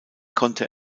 konnte